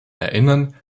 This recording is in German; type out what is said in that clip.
erinnern